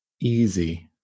easy